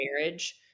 marriage